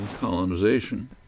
colonization